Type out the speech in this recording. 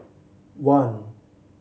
one